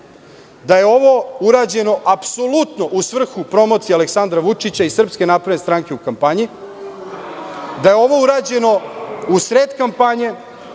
da je ovo urađeno apsolutno u svrhu promocije Aleksandra Vučića i SNS u kampanji, da je ovo urađeno u sred kampanje,